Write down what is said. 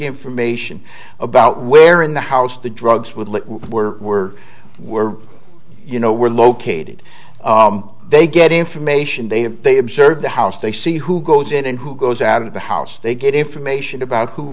information about where in the house the drugs with were were were you know were located they get information they have they observe the house they see who goes in and who goes out of the house they get information about who